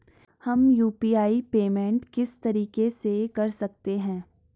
हम UPI payment किस तरीके से कर सकते हैं?